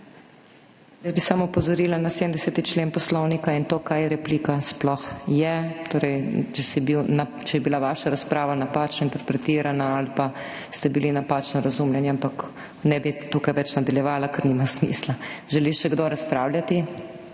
Jaz bi samo opozorila na 70. člen Poslovnika in to, kaj replika sploh je, torej če je bila vaša razprava napačno interpretirana ali pa ste bili napačno razumljeni. Ampak ne bi tukaj več nadaljevala, ker nima smisla. Želi še kdo razpravljati?